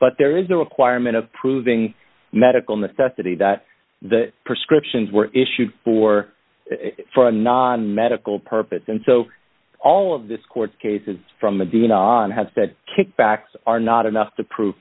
but there is a requirement of proving medical necessity that the prescriptions were issued for for a non medical purpose and so all of this court cases from the dean on have said kickbacks are not enough to prove